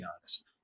honest